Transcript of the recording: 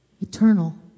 Eternal